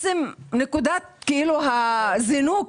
עצם נקודת הזינוק